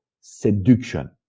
seduction